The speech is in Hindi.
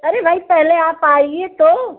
अरे भई पहले आप आइए तो